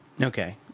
Okay